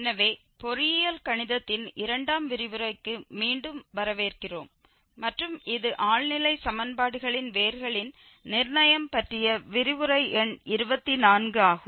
எனவே பொறியியல் கணிதத்தின் இரண்டாம் விரிவுரைக்கு மீண்டும் வரவேற்கிறோம் மற்றும் இது ஆழ்நிலை சமன்பாடுகளின் வேர்களின் நிர்ணயம் பற்றிய விரிவுரை எண் 24 ஆகும்